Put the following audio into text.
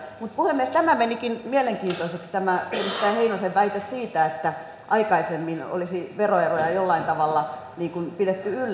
mutta puhemies tämä menikin mielenkiintoiseksi tämä edustaja heinosen väite siitä että aikaisemmin olisi veroeuroja jollain tavalla niin kuin pidetty yllä